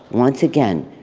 once again,